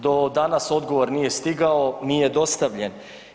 Do danas odgovor nije stigao, nije dostavljen.